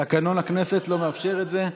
תקנון הכנסת לא מאפשר את זה.